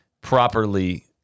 properly